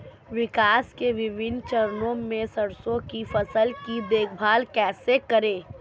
विकास के विभिन्न चरणों में सरसों की फसल की देखभाल कैसे करें?